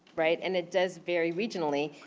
right. and it does vary regionally.